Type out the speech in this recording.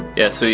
yeah. so